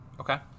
Okay